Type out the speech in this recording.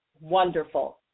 wonderful